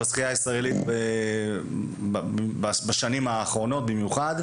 בשחייה הישראלית בשנים האחרונות במיוחד.